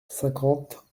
cinquante